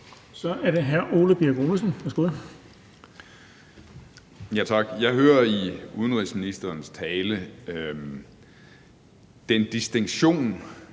Kl. 17:22 Ole Birk Olesen (LA): Tak. Jeg hører i udenrigsministerens tale den distinktion,